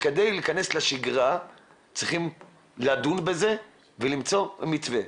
כדי להיכנס לשגרה צריכים לדון בזה ולמצוא מתווה.